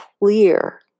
clear